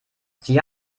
sie